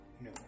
No